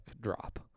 drop